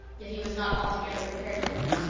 yet he was not altogether prepared for it.